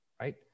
right